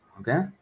Okay